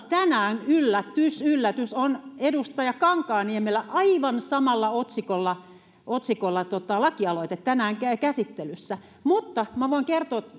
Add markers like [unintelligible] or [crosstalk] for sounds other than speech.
[unintelligible] tänään yllätys yllätys on edustaja kankaanniemellä aivan samalla otsikolla otsikolla lakialoite käsittelyssä mutta voin kertoa [unintelligible]